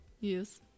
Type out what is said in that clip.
Yes